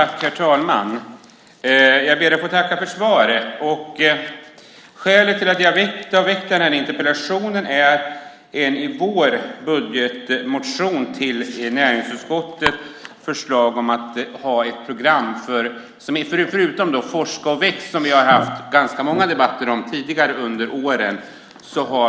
Herr talman! Jag ber att få tacka för svaret. Skälet till att jag har ställt interpellationen är ett förslag i vår budgetmotion som hänvisats till näringsutskottet om att ha ett program förutom Forska och väx, som vi har haft ganska många debatter om under åren.